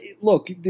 look